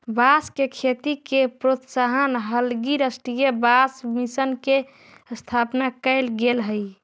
बाँस के खेती के प्रोत्साहन हलगी राष्ट्रीय बाँस मिशन के स्थापना कैल गेल हइ